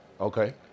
Okay